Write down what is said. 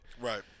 Right